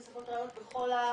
נאספות ראיות בכל האמצעים.